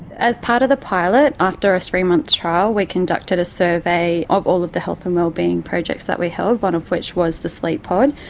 as part of the pilot after a three month trial we conducted a survey of all the health and wellbeing projects that we held one of which was the sleep pod.